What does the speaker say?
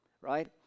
right